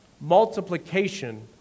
Multiplication